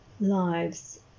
lives